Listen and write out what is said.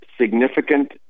significant